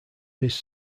his